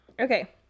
Okay